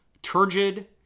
turgid